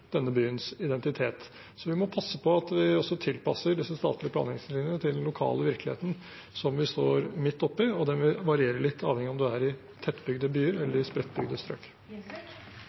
denne byens identitet. Vi må passe på at vi også tilpasser disse statlige planretningslinjene til den lokale virkeligheten som vi står midt oppi, og den vil variere litt, avhengig av om man er i tettbygde byer eller i spredtbygde strøk.